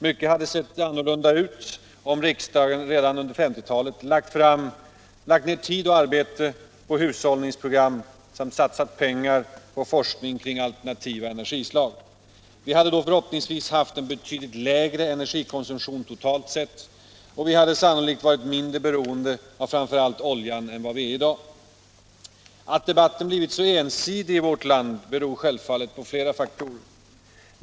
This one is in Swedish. Mycket hade sett annorlunda ut om riksdagen redan under 1950-talet lagt ned tid och arbete på hushållningsprogram samt satsat pengar på forskning kring alternativa energislag. Vi hade då förhoppningsvis haft en betydligt lägre energikonsumtion totalt sett och vi hade sannolikt varit mindre beroende av framför allt oljan än vad vi är i dag. Att debatten blivit så ensidig i vårt land beror självfallet på flera faktorer.